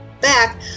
back